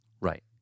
Right